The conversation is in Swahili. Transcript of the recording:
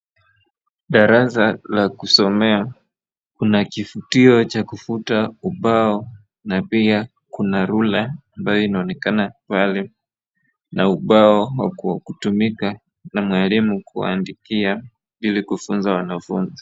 Darasa la kusomea, kuna kifutio cha kufuta ubao na pia kuna rula ambayo inaonekana pale na ubao wa kutumika na mwalimu kuandikia ili kufunza wanafunzi.